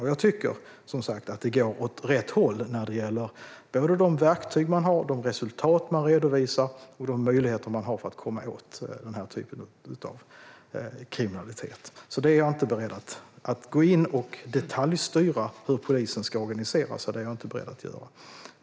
Och jag tycker, som sagt, att det går åt rätt håll när det gäller de verktyg som man har, de resultat som man redovisar och de möjligheter som man har för att komma åt denna typ av kriminalitet. Jag är alltså inte beredd att gå in och detaljstyra hur polisen ska organisera sig.